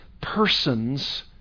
persons